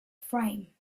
frame